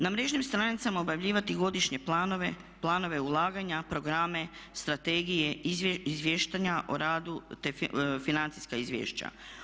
Na mrežnim stranicama objavljivati godišnje planove, planove ulaganja, programe, strategije izvještaja o radu te financijska izvješća.